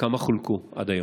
וכמה חולקו עד היום.